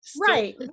right